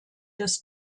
des